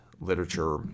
literature